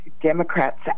Democrats